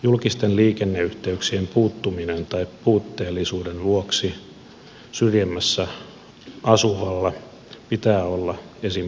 julkisten liikenneyhteyksien puuttumisen tai puutteellisuuden vuoksi syrjemmässä asuvalla pitää olla esimerkiksi